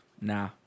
nah